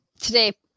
today